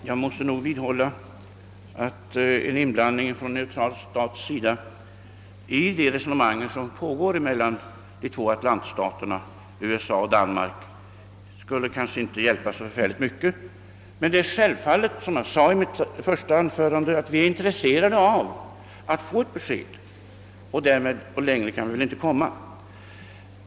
Herr talman! Jag måste vidhålla att en inblandning från en neutral stat i de resonemang som pågår mellan de två atlantstaterna USA och Danmark inte skulle hjälpa så mycket. Som jag sade i mitt första anförande är det emellertid självfallet att vi är intresserade av att få ett besked. Längre kan vi väl inte komma.